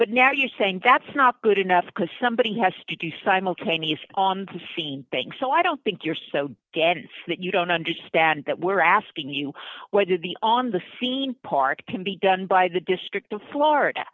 but now you're saying that's not good enough because somebody has to do simultaneous on the scene banks so i don't think you're so dense that you don't understand that we're asking you why did the on the scene park can be done by the district of florida